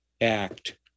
act